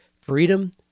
Freedom